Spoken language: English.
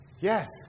Yes